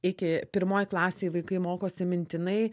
iki pirmoj klasėj vaikai mokosi mintinai